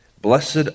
Blessed